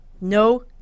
No